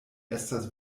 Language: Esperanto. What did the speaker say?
estas